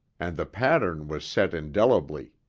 and the pattern was set indelibly.